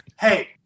hey